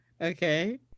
Okay